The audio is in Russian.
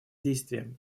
действиям